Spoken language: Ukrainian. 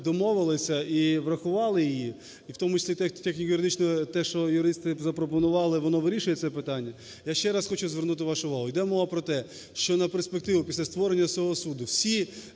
домовилися і врахували її, і в тому числі техніко-юридично те, що юристи запропонували воно вирішує це питання. Я ще раз хочу звернути вашу увагу, йде мова про те, що на перспективу після створення цього суду всі